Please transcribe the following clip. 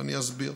ואני אסביר.